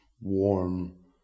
warm